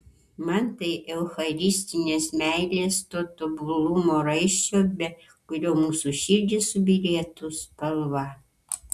man tai eucharistinės meilės to tobulumo raiščio be kurio mūsų širdys subyrėtų spalva